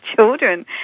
children